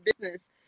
business